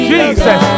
Jesus